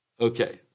okay